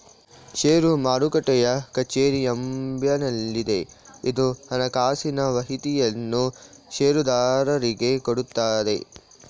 ಷೇರು ಮಾರುಟ್ಟೆಯ ಕಚೇರಿ ಮುಂಬೈನಲ್ಲಿದೆ, ಇದು ಹಣಕಾಸಿನ ಮಾಹಿತಿಯನ್ನು ಷೇರುದಾರರಿಗೆ ಕೊಡುತ್ತದೆ